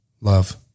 love